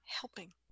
helping